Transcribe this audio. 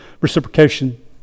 reciprocation